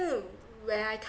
where I